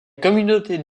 communauté